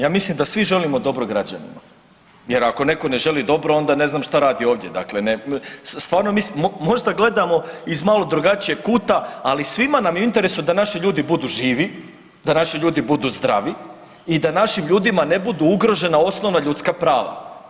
Ja mislim da svi želimo dobro građanima jer ako neko ne želi dobro onda ne znam šta radi ovdje, dakle stvarno mislim, možda gledamo iz malo drugačijeg kuta, ali svima nam je u interesu da naši ljudi budu živi, da naši ljudi budu zdravi i da našim ljudima ne budu ugrožena osnovna ljudska prava.